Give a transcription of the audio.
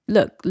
Look